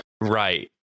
Right